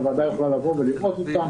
הוועדה יכולה לבוא ולראות אותם.